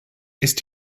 ist